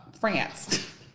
France